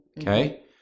okay